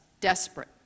desperate